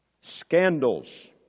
scandals